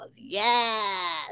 Yes